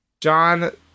John